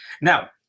Now